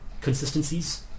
consistencies